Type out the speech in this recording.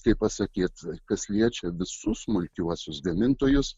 kaip pasakyt kas liečia visus smulkiuosius gamintojus